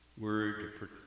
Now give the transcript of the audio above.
word